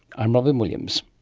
i'm robyn williams